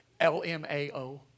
LMAO